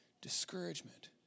discouragement